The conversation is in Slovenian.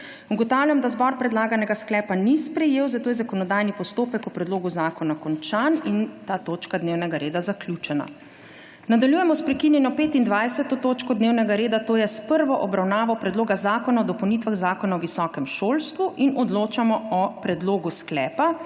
Ugotavljam, da zbor predlaganega sklepa ni sprejel, zato je zakonodajni postopek o predlogu zakona končan in ta točka dnevnega reda zaključena. Nadaljujemo s prekinjeno 25. točko dnevnega reda, to je s prvo obravnavo Predloga zakona o dopolnitvah Zakona o visokem šolstvu. Odločamo o predlogu sklepa: